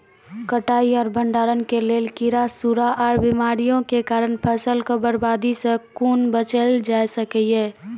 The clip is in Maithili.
कटाई आर भंडारण के लेल कीड़ा, सूड़ा आर बीमारियों के कारण फसलक बर्बादी सॅ कूना बचेल जाय सकै ये?